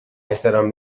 احترام